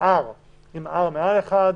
שאם R מעל 1,